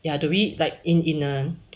ya to read like in a in a